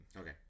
Okay